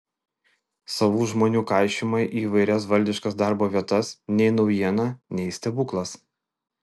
savų žmonių kaišymai į įvairias valdiškas darbo vietas nei naujiena nei stebuklas